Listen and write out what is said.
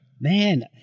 Man